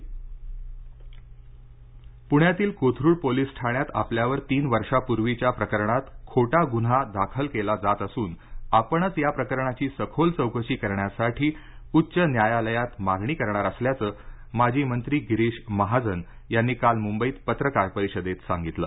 गिरीश महाजन गन्हा पीटीसी जळगाव अमृता प्ण्यातील कोथरूड पोलीस ठाण्यात आपल्यावर तीन वर्षापूर्वीच्या प्रकरणात खोटा गुन्हा दाखल केला जात असून आपणच या प्रकरणाची सखोल चौकशी करण्यासाठी उच्च न्यायालयात मागणी करणार असल्याचं माजी मंत्री गिरीश महाजन यांनी काल मुंबईत पत्रकार परिषदेत सांगितलं